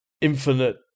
infinite